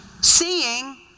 Seeing